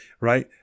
Right